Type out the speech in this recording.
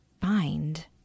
find